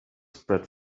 spread